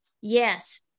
Yes